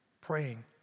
praying